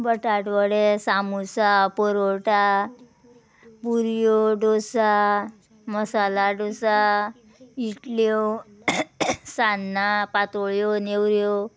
बटाटवडे सामोसा परोटा पुरयो डोसा मसाला डोसा इडल्यो सान्नां पातोळ्यो नेवऱ्यो